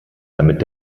damit